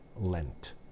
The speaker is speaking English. Lent